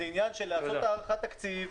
זה עניין של עשיית הערכת תקציב,